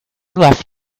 laughed